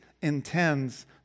intends